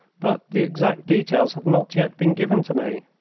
but the exact details have not yet been given to me.